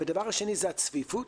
והדבר השני זה הצפיפות,